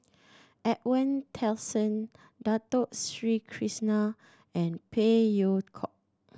Edwin Tessensohn Dato Sri Krishna and Phey Yew Kok